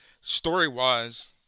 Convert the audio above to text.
story-wise